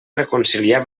reconciliar